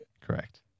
Correct